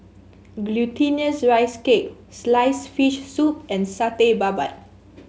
Glutinous Rice Cake sliced fish soup and Satay Babat